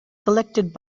collected